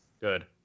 good